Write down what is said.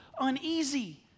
uneasy